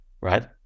right